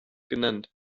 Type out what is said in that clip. genannt